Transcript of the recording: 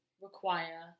require